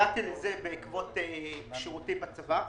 הגעתי לזה בעקבות שירותי בצבא.